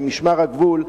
במשמר הגבול,